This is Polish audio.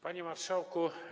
Panie Marszałku!